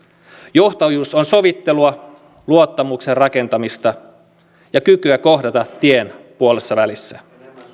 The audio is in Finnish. johtajuus on sovittelua luottamuksen rakentamista ja kykyä kohdata tien puolessavälissä